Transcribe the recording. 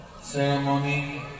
ceremony